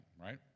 right